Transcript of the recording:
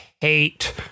hate